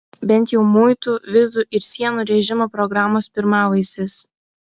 bent jau muitų vizų ir sienų režimo programos pirmavaizdis